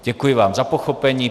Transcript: Děkuji vám za pochopení.